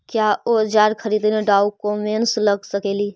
क्या ओजार खरीदने ड़ाओकमेसे लगे सकेली?